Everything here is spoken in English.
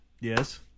Yes